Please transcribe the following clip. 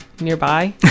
Nearby